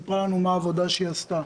והיא סיפרה לנו מה העבודה שהיא עשתה,